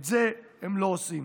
את זה הם לא עושים.